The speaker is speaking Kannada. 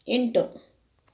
ಎಂಟು